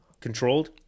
controlled